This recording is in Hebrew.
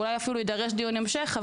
הוא אולי אפילו ידרוש דיון המשך.